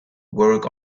work